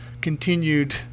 continued